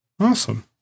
Awesome